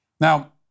Now